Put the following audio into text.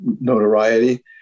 notoriety